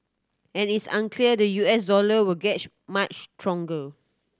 and it's unclear the U S dollar will gets much stronger